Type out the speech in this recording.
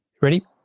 Ready